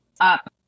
up